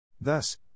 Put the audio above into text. Thus